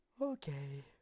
Okay